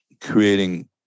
creating